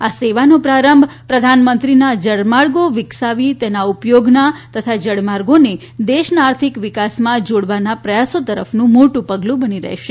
આ સેવાનો પ્રારંભ પ્રધાનમંત્રીના જળ માર્ગો વિકસાવી તેના ઉપયોગના તથા જળમાર્ગોને દેશના આર્થિક વિકાસમાં જોડવાના પ્રયાસો તરફનું મોટું પગલું બની રહેશે